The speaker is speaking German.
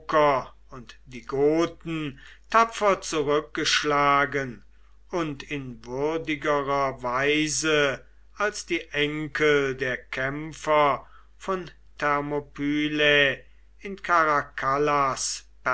und die goten tapfer zurückgeschlagen und in würdigerer weise als die enkel der kämpfer von thermopylae in